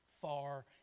far